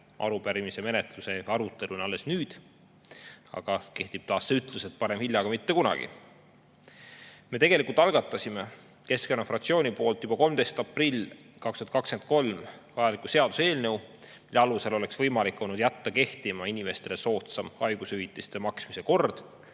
arupärimise menetluse ja aruteluni alles nüüd. Aga kehtib taas see ütlus, et parem hilja kui mitte kunagi.Me tegelikult algatasime Keskerakonna fraktsiooni poolt juba 13. aprillil 2023 vajaliku seaduseelnõu, mille alusel oleks olnud võimalik jätta kehtima inimestele soodsam haigushüvitiste maksmise kord,